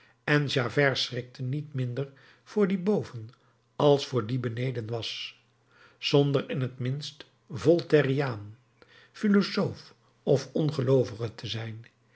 en javert schrikte niet minder voor die boven als voor die beneden was zonder in t minst voltairiaan philosoof of ongeloovige te zijn